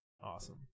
Awesome